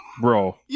bro